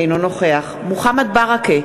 אינו נוכח מוחמד ברכה,